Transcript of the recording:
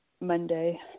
Monday